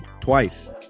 Twice